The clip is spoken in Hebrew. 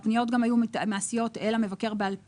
הפניות גם היו מהסיעות אל המבקר בעל פה.